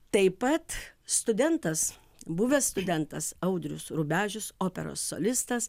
taip pat studentas buvęs studentas audrius rubežius operos solistas